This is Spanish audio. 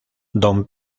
don